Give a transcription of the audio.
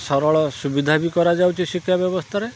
ସରଳ ସୁବିଧା ବି କରାଯାଉଛି ଶିକ୍ଷା ବ୍ୟବସ୍ଥାରେ